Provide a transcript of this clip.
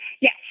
Yes